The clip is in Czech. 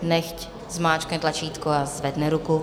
Nechť zmáčkne tlačítko a zvedne ruku.